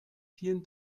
vielen